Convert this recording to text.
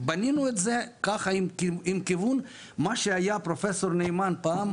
כי בנינו את זה עם כיוון עם מי שהיה פרופסור נאמן פעם,